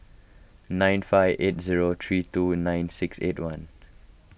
nine five eight zero three two nine six eight one